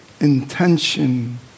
intention